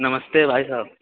नमस्ते भाइ साहब